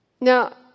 Now